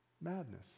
Madness